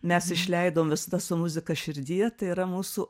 mes išleidom visada su muzika širdyje tai yra mūsų